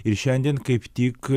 ir šiandien kaip tik